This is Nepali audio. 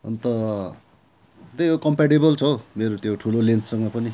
अन्त त्यही हो कम्प्याटिबल छ हो मेरो त्यो ठुलो लेन्ससँग पनि